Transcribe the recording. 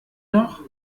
noch